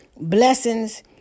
blessings